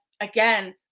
Again